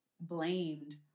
blamed